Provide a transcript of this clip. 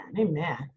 Amen